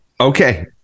okay